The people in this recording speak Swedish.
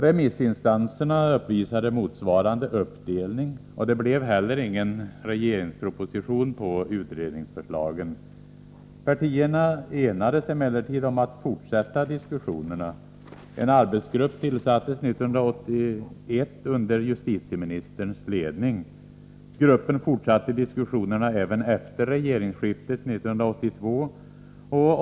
Remissinstanserna uppvisade motsvarande uppdelning. Det blev inte heller någon regeringsproposition när det gäller utredningsförslagen. Partierna enades emellertid om att fortsätta diskussionerna. En arbetsgrupp tillsattes 1981 under justitieministerns ledning. Gruppen fortsatte diskussionerna även efter regeringsskiftet 1982.